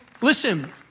listen